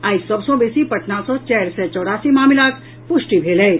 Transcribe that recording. आई सभ सँ बेसी पटना सँ चारि सय चौरासी मामिलाक पुष्टि भेल अछि